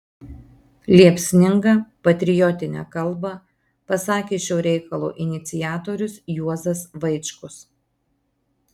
liepsningą patriotinę kalbą pasakė šio reikalo iniciatorius juozas vaičkus